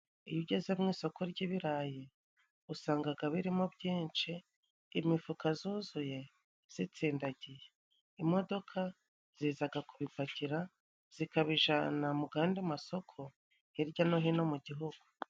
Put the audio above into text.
Iyo ugeze mu isoko ry'ibirayi usangaga birimo byinshi imifuka zuzuye zitsindagiye, imodoka zizaga kubipakira zikabijyana mu gandi masoko hirya no hino mu gihugu.